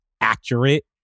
accurate